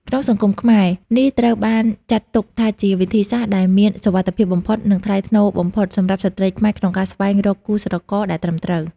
ក្នុងសង្គមខ្មែរ នេះត្រូវបានចាត់ទុកថាជាវិធីសាស្រ្តដែលមានសុវត្ថិភាពបំផុត និងថ្លៃថ្នូរបំផុតសម្រាប់ស្ត្រីខ្មែរក្នុងការស្វែងរកគូស្រករដែលត្រឹមត្រូវ។